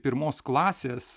pirmos klasės